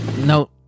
no